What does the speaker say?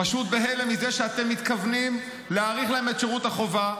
פשוט בהלם מזה שאתם מתכוונים להאריך להם את שירות החובה.